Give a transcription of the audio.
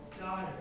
daughter